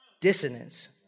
dissonance